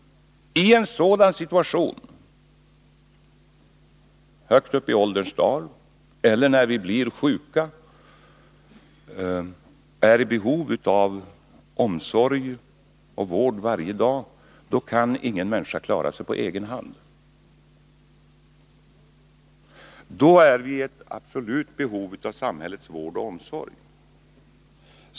I en situation då vi är i behov av omsorg och vård varje dag — på den höga ålderns dagar eller när vi blir långvarigt sjuka — kan ingen människa klara sig på egen hand. Då är vi i ett absolut behov av samhällets vård och omsorg.